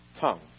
tongue